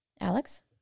Alex